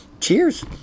Cheers